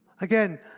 again